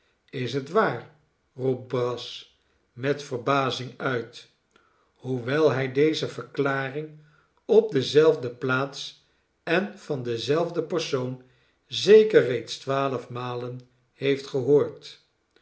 is het waar roept brass met verbazing uit hoewel hij deze verklaring op dezelfde plaats en van denzelfden persoon zeker reeds twaalf malen heeft gehoord